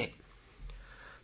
SMC शिक्षक